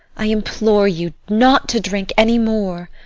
i implore you, not to drink any more!